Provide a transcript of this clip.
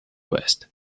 west